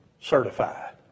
certified